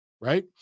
right